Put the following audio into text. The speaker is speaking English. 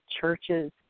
churches